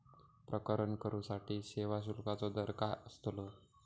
प्रकरण करूसाठी सेवा शुल्काचो दर काय अस्तलो?